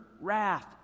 wrath